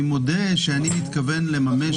אני מודה שאני מתכוון לממש בתפקידי כשר המשפטים